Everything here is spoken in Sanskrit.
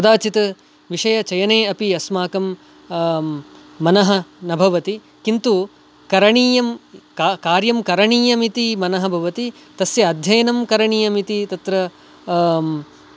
कदाचित् विषयचयने अपि अस्माकं मनः न भवति किन्तु करणीयं कार्यं करणीयम् इति मनः भवति तस्य अध्ययनं करणीयमिति तत्र